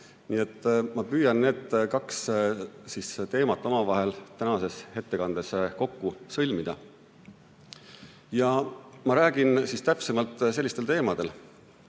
Nii et ma püüan need kaks teemat omavahel tänases ettekandes kokku sõlmida. Ja ma räägin täpsemalt sellistel teemadel.